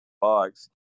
box